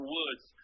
Woods